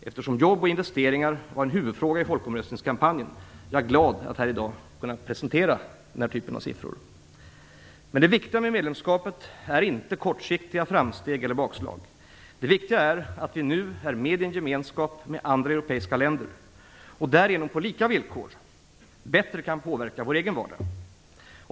Eftersom jobb och investeringar var en huvudfråga i folkomröstningskampanjen är jag glad att här i dag kunna presentera den här typen av siffror. Det viktiga med medlemskapet är emellertid inte kortsiktiga framsteg eller bakslag. Det viktiga är att vi nu är med i en gemenskap med andra europeiska länder och därigenom på lika villkor bättre kan påverka vår egen vardag.